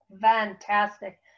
fantastic